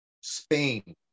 spain